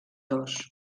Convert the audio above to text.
dos